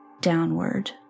downward